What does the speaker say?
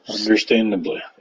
Understandably